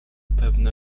pewne